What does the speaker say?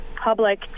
Public